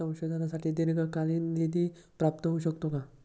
संशोधनासाठी दीर्घकालीन निधी प्राप्त होऊ शकतो का?